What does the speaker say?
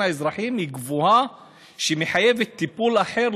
האזרחים היא גבוהה ומחייבת טיפול אחר,